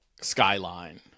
skyline